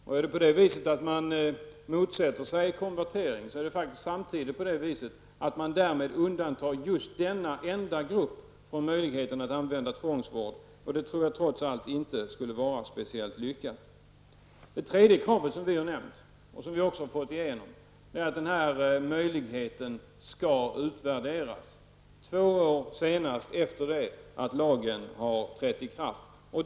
Om man motsätter sig konvertering undantar man denna enda grupp från möjligheten till tvångsvård. Det tror jag trots allt inte skulle vara särskilt lyckat. Ytterligare ett krav som vi har nämnt och som vi också har fått igenom är att denna möjlighet skall utvärderas senast två år efter det att lagen har trätt i kraft.